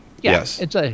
Yes